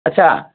আচ্ছা